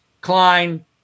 Klein